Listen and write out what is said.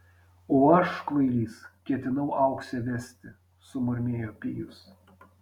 o aš kvailys ketinau auksę vesti sumurmėjo pijus